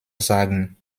sagen